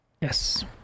Yes